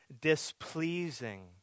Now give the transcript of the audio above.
displeasing